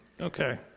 Okay